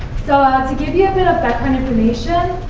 so to give you a bit of background information,